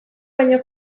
baino